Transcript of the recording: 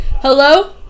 hello